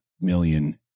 million